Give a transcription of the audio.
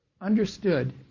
understood